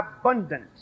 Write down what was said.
abundance